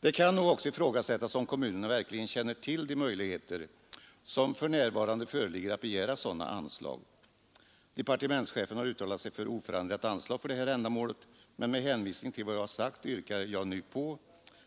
Det kan nog också ifrågasättas om kommunerna verkligen känner till de möjligheter som för närvarande föreligger att begära sådana anslag. Departementschefen har uttalat sig för oförändrat anslag för det här ändamålet, men med hänvisning till vad jag sagt yrkar jag